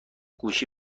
گوشی